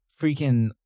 freaking